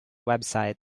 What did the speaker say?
website